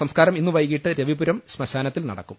സംസ്കാരം ഇന്നുവൈകിട്ട് രവിപുരം ശ്മശാനത്തിൽ നടക്കും